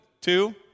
two